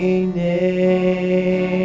name